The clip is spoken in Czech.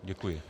Děkuji.